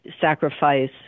sacrifice